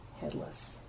headless